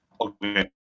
Okay